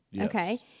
okay